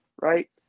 right